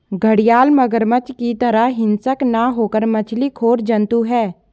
घड़ियाल मगरमच्छ की तरह हिंसक न होकर मछली खोर जंतु है